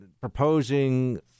proposing